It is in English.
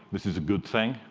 this is a good thing.